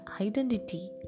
identity